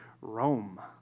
Rome